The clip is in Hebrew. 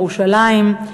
ירושלים,